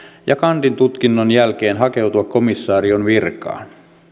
ja kandin tutkinnon jälkeen hakeutua komisarion virkaan